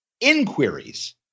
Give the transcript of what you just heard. inquiries